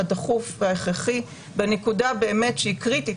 הדחוף וההכרחי בנקודה שהיא באמת קריטית,